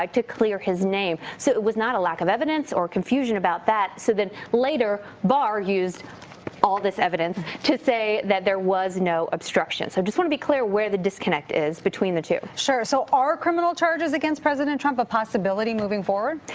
like to clear his name. so it was not a lack of evidence or confusion about that. so then later barr used all this evidence to say that there was no obstructions. so just want to be clear where the disconnect is between the two. sure. so are criminal charges against president trump a possibility moving forward?